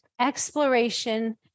exploration